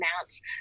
announce